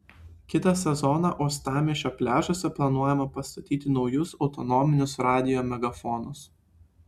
kitą sezoną uostamiesčio pliažuose planuojama pastatyti naujus autonominius radijo megafonus